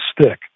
stick